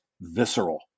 visceral